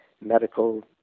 medical